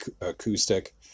acoustic